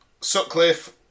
Sutcliffe